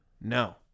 No